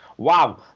Wow